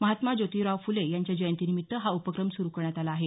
महात्मा ज्योतिराव फूले यांच्या जयंतीनिमित्त हा उपक्रम सुरु करण्यात आला आहे